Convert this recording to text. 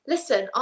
Listen